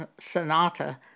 Sonata